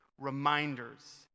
reminders